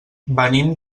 venim